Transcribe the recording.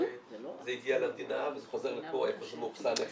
זה הגיע למדינה וזה חוזר לפה איפה שמאוכסן -- לא,